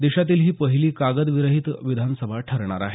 देशातील ही पहिली कागदविरहित विधानसभा ठरणार आहे